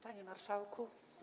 Panie Marszałku!